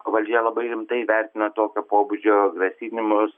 valdžia labai rimtai vertina tokio pobūdžio grasinimus